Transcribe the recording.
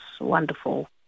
wonderful